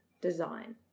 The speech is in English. design